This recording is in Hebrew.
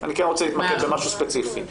ואני כן רוצה להתמקד במשהו ספציפי.